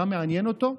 מה מעניין אותו?